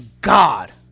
God